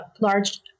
large